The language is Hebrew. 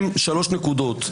זה שלוש נקודות.